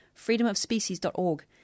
freedomofspecies.org